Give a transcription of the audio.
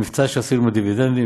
המבצע שעשינו עם הדיבידנדים,